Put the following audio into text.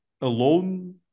alone